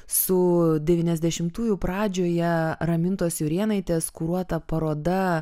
su deviyniasdešimtųjų pradžioje ramintos jurėnaitės kuruota paroda